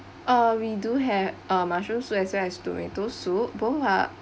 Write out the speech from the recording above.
uh we do have uh mushroom soup as well as tomato soup both are